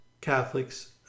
Catholics